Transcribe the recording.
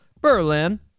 Berlin